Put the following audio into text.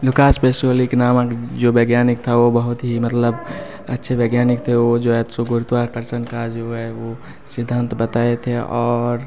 Lucas पैसोलिक नामक जो वैज्ञानिक था वह बहुत ही मतलब अच्छे वैज्ञानिक थे वह जो है सू गुरुत्वाकर्षण का जो है वह सिद्धांत बताए थे और